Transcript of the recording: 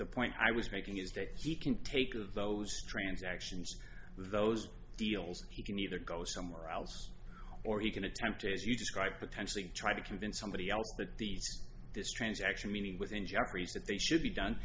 the point i was making is that he can take of those transactions those deals he can either go somewhere else or he can attempt to as you describe potentially try to convince somebody else that these this transaction meaning with injuries that they should be done